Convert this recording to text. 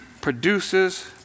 produces